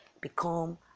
become